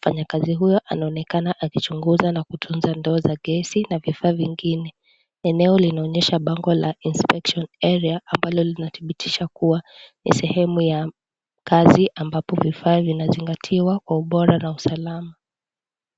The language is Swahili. Mfanyikazi huyo anaonekana akichunguza na kutunza ndoo za gesi na vifaa vingine. Eneo linaonyesha bango la I(CS)nispection area(CS )ambalo linatibitisha kuwa ni sehemu ya kazi ambapo vifaa vinazingatiwa kwa ubora na usalama.